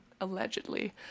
allegedly